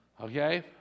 Okay